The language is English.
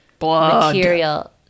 material